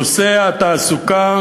נושא התעסוקה,